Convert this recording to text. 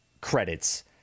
credits